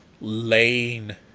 lane